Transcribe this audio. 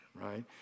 right